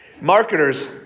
Marketers